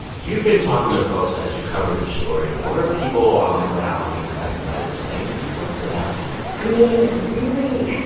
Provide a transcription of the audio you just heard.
you've been talking to folks as you cover this story. what are people on the ground being affected by this saying to you? what stood out to you? i mean, really,